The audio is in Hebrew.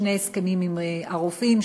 שני הסכמים עם הרופאים,